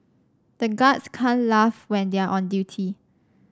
the guards can't laugh when they are on duty